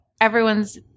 everyone's